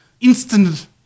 Instant